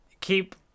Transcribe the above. keep